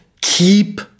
keep